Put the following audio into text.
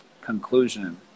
conclusion